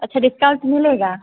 अच्छा डिस्काउंट मिलेगा